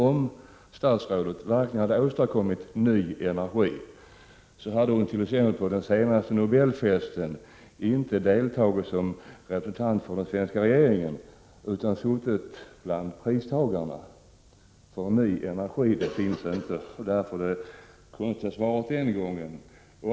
Om statsrådet verkligen hade åstadkommit ny energi, skulle hon t.ex. på den senaste Nobelfesten inte ha deltagit som representant för den svenska regeringen, utan då skulle hon ha suttit bland pristagarna, för någon ny energi finns det ju inte. Det är anledningen till det konstiga svaret den gången.